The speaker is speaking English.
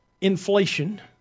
inflation